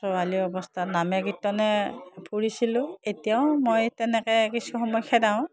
ছোৱালী অৱস্থাত নামে কীৰ্তনে ফুৰিছিলোঁ এতিয়াও মই তেনেকৈ কিছু সময় খেদাওঁ